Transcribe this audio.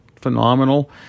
phenomenal